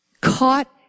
Caught